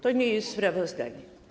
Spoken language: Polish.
To nie jest sprawozdanie.